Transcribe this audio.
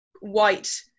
white